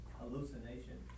hallucination